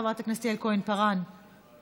חברת הכנסת יעל כהן-פארן, בבקשה.